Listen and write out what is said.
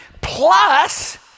plus